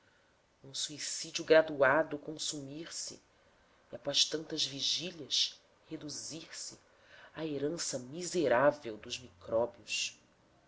num suicídio graduado consumir-se e após tantas vigílias reduzir-se à herança miserável dos micróbios